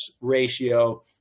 ratio